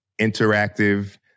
interactive